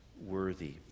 worthy